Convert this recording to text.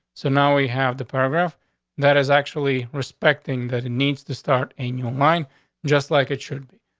so now we have the paragraph that is actually respecting that. it needs to start annual mind just like it should be.